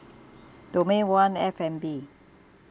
domain one F&B